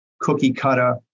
cookie-cutter